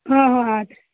ಹಾಂ ಹಾಂ ಆತ್ರಿ